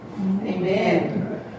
Amen